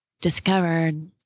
discovered